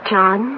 John